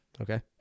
Okay